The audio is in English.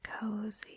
cozy